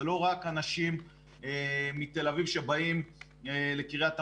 זה לא רק אנשים מתל אביב שבאים לקרית המודיעין.